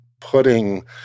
putting